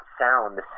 sound